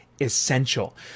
essential